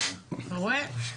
אתה רואה?